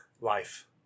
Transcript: Life